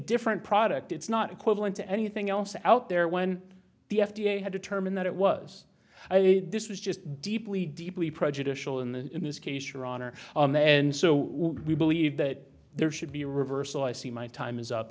different product it's not equivalent to anything else out there when the f d a had determined that it was this was just deeply deeply prejudicial in the in this case your honor and so we believe that there should be a reversal i see my time is up